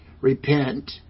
Repent